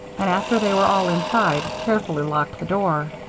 and, after they were all inside, carefully locked the door.